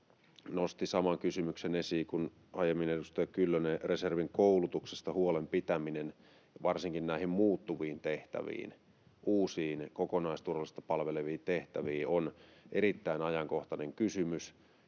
esiin saman kysymyksen kuin aiemmin edustaja Kyllönen. Reservin koulutuksesta huolenpitäminen varsinkin näihin muuttuviin tehtäviin, uusiin kokonaisturvallisuutta palveleviin tehtäviin on erittäin ajankohtainen kysymys,